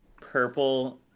purple